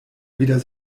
wieder